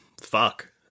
Fuck